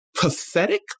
pathetic